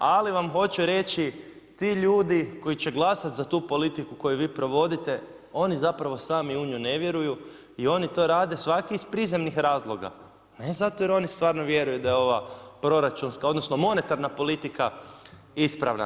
Ali vam hoću reći ti ljudi koji će glasati za tu politiku koju vi provodite, oni zapravo sami u nju ne vjeruju i oni to rade svaki iz prizemnih razloga ne zato jer oni stvarno vjeruju da je ova proračunska, odnosno monetarna politika ispravna.